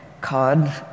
cod